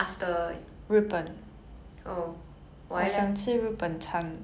are you sure you're not hungry 你确定你不饿